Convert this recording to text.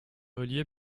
relié